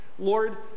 Lord